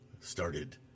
started